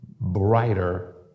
brighter